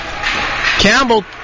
Campbell